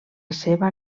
seva